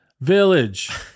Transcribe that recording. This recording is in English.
village